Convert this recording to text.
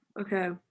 okay